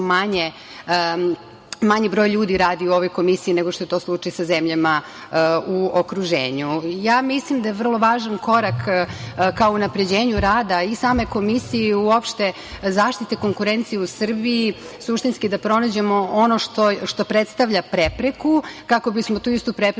manji broj ljudi radi u ovoj Komisiji nego što je to slučaj sa zemljama u okruženju. Mislim da je vrlo važan korak ka unapređenju rada i same Komisije i uopšte zaštite konkurencije u Srbiji, suštinski da pronađemo ono što predstavlja prepreku kako bismo tu istu prepreku